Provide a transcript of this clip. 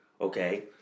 okay